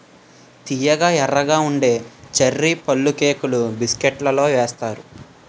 తియ్యగా ఎర్రగా ఉండే చర్రీ పళ్ళుకేకులు బిస్కట్లలో ఏత్తారు